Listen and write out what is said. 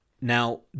now